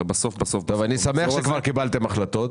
הרי בסוף-בסוף --- אני שמח שכבר קיבלתם החלטות.